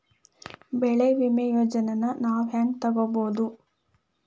ಬೆಳಿ ವಿಮೆ ಯೋಜನೆನ ನಾವ್ ಹೆಂಗ್ ತೊಗೊಬೋದ್?